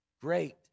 Great